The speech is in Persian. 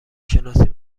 شناسی